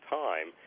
time